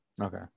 okay